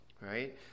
right